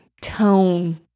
tone